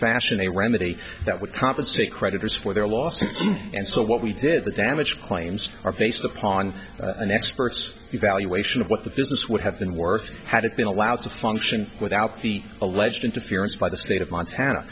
fashion a remedy that would compensate creditors for their lawsuits and so what we did the damage claims are based upon an expert's evaluation of what the business would have been worth had it been allowed to function without the alleged interference by the state of montana